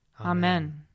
Amen